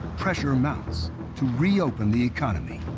pressure mounts to reopen the economy.